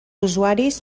usuaris